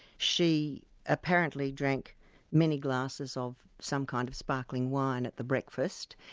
she apparently drank many glasses of some kind of sparkling wine at the breakfast,